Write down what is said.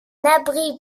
abri